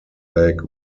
leg